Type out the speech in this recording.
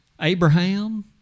Abraham